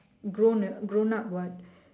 grown uh grown up what